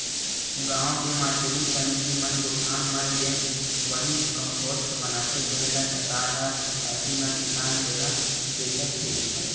गाँव के मारकेटिंग समिति मन गोठान म जेन वरमी कम्पोस्ट बनाथे तेन ल सरकार ह सुसायटी म किसान जघा बेचत हे